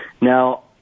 Now